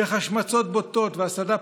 דרך השמצות בוטות והסתה